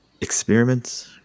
experiments